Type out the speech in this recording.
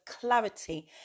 clarity